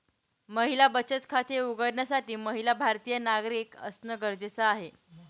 महिला बचत खाते उघडण्यासाठी महिला भारतीय नागरिक असणं गरजेच आहे